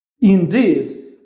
indeed